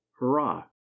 hurrah